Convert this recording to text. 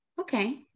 okay